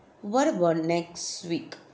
what about next week